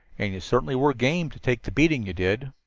and you certainly were game, to take the beating you did.